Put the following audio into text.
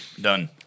Done